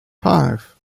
five